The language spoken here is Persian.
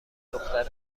دختر